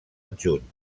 adjunt